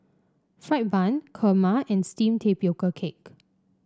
fried bun Kurma and steamed Tapioca Cake